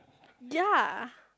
yea